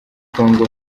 congo